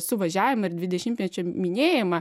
suvažiavimą ir dvidešimtmečio minėjimą